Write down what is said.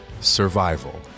Survival